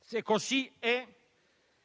se così è,